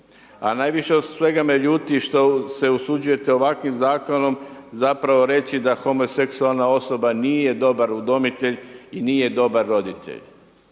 A najviše od svega me ljuti što se usuđujete ovakvim Zakonom zapravo reći da homoseksualna osoba nije dobar udomitelj i nije dobar roditelj.